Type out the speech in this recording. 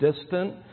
distant